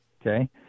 okay